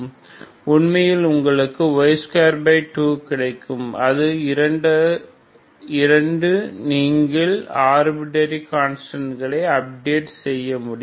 உண்மையில் உங்களுக்கு y22 கிடைக்கும் அது 2 நீங்கள் ஆர் பிரடரி கான்ஸ்டன்டைன் அப்டேட் செய்ய முடியும்